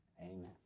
Amen